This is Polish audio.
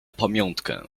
pamiątkę